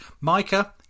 Micah